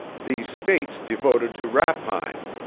these states devoted to rapine,